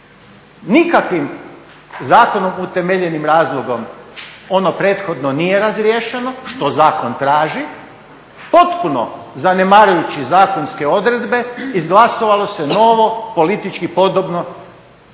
nikakvim zakonom utemeljenim razlogom ono prethodno nije razriješeno, što zakon traži, potpuno zanemarujući zakonske odredbe izglasovalo se novo politički podobno